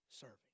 serving